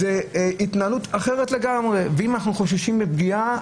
זאת התנהלות אחרת לגמרי ואם אנחנו חוששים מפגיעה,